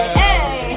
hey